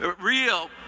real